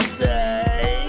say